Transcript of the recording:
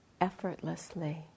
effortlessly